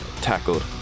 tackled